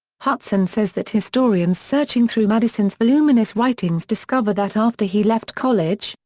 hutson says that historians searching through madison's voluminous writings discover that after he left college,